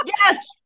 Yes